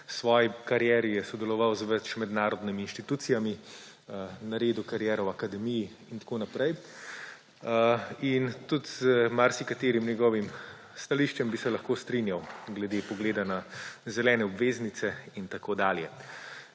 V svoji karieri je sodeloval z več mednarodnimi institucijami, naredil kariero v akademiji in tako naprej. In tudi z marsikaterim njegovim stališčem bi se lahko strinjal glede pogleda na zelene obveznice in tako dalje.